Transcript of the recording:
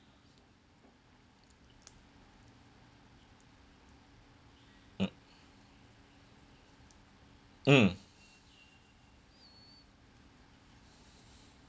mm mm